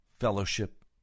fellowship